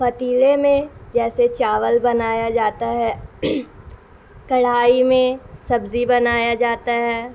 پتیلے میں جیسے چاول بنایا جاتا ہے کڑھائی میں سبزی بنایا جاتا ہے